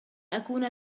أكون